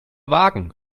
wagen